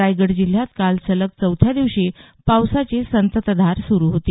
रायगड जिल्हयात काल सलग चौथ्या दिवशी पावसाची संततधार सुरू होती